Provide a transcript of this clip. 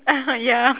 ya